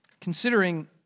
Considering